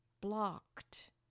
blocked